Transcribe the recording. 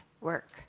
work